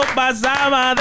pasaba